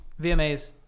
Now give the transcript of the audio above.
VMAs